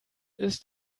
ist